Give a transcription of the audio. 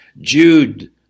Jude